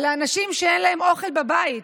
על האנשים שאין להם אוכל בבית.